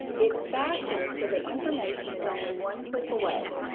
it's fashioned so the information is only one click away.